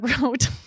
wrote